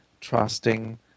trusting